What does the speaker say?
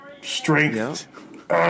strength